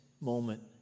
moment